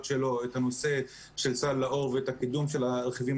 שלו את הנושא של סל לאור ואת הקידום של הרכיבים